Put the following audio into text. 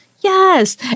yes